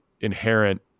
inherent